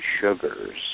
sugars